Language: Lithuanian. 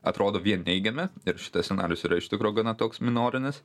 atrodo vien neigiami ir šitas scenarijus yra iš tikro gana toks minorinis